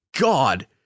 God